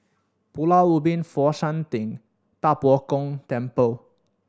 Pulau Ubin Fo Shan Ting Da Bo Gong Temple